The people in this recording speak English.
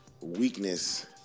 weakness